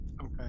Okay